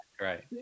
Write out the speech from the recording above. right